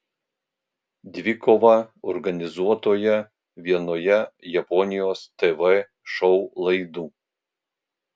dvikovą organizuotoje vienoje japonijos tv šou laidų